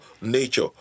nature